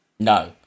No